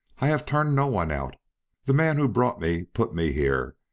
i have turned no one out the man who brought me put me here,